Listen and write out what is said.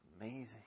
amazing